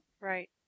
Right